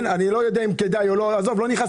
אני רוצה